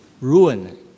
ruin